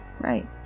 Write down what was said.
Right